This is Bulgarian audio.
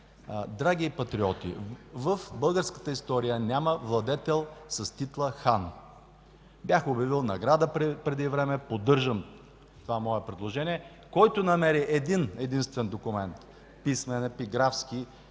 Драги патриоти, в българската история няма владетел с титла „хан”. Бях обявил награда преди време и поддържам това мое предложение – който намери един-единствен документ, писмен, епиграфски,